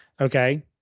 Okay